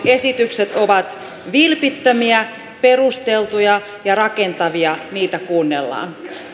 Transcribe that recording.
esitykset ovat vilpittömiä perusteltuja ja rakentavia niitä kuunnellaan